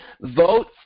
Vote